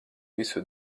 visu